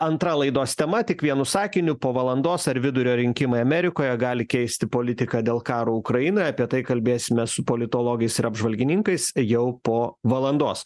antra laidos tema tik vienu sakiniu po valandos ar vidurio rinkimai amerikoje gali keisti politiką dėl karo ukrainoje apie tai kalbėsime su politologais ir apžvalgininkais jau po valandos